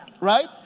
right